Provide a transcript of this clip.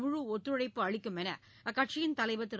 முழு ஒத்துழைப்பு அளிக்குமென்று அக்கட்சியின் தலைவர் திரு